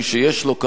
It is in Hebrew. אם יאשרו שם תוכניות,